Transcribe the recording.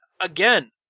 again